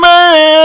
Man